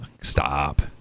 stop